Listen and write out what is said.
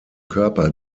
körper